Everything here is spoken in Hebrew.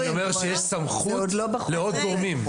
אני אומר שיש סמכות לעוד גורמים.